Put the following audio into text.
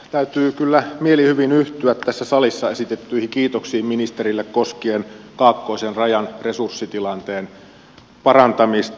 täytyy kyllä mielihyvin yhtyä tässä salissa esitettyihin kiitoksiin ministerille koskien kaakkoisen rajan resurssitilanteen parantamista